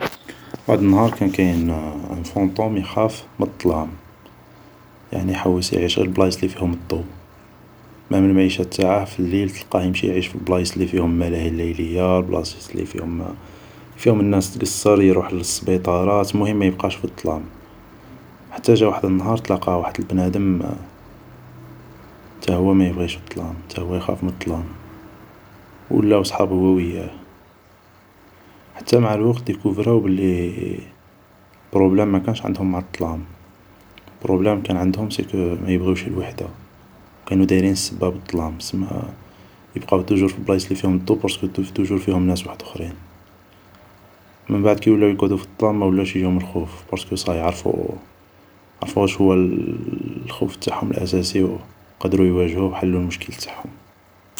واحد النهار كان كاين ان فونطوم يخاف من الظلام ، يعني يحوس يعيش غي فالبلايص اللي فيهم الضوء ، مام المعيشة التاعه في الليل تلقاه يروح غي البلايص اللي فيهم الملاهي الليلية ، و البلايص اللي فيهم ، فيهم الناس تقصر ، يروح لسبيطارات ، المهم ما يبقاش في الظلام ، حتى جا واحد النهار تلاقا واحد البنادم تاهو ما ببغيش الضلام ، تا هو يخاف من الظلام ، ولاو صحاب هو وياه ، حتى معا الوقت ديكوفراو بلي بروبلام ماكنش عندهم مع الظلام ، البروبلام سيكو ما يبغيوش الوحدة ، كانو دايرين السبة بالظلام سما يبقاو توجور في البلايص اللي فيهم الضوء بارسكو توجور فيهم ناس وحدخرين ،من بعد كي ولاو يقعدو في الظلام ماولاش يجيهم الخوف بارسكو صايي عرفو ، عرفو واش هو الخوف التاعهم الاساسي و قدرو يواجهوه و حلو المشكل تاعهم